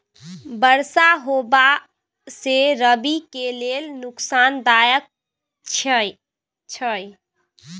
बरसा होबा से रबी के लेल नुकसानदायक छैय?